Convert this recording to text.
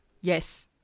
Yes